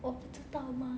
我不知道 mah